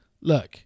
Look